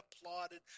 applauded